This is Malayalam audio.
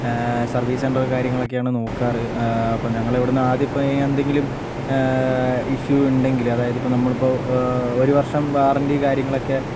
സർവീസ് സെന്ററ് കാര്യങ്ങളൊക്കെയാണ് നോക്കാറ് അപ്പം ഞങ്ങളിവിടുന്ന് ആദ്യം ഇപ്പം എന്തെങ്കിലും ഇഷ്യൂ ഉണ്ടെങ്കിൽ അതായതിപ്പം നമ്മളിപ്പം ഒരു വർഷം വാറന്റി കാര്യങ്ങളൊക്കെ